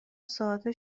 ساده